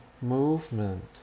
movement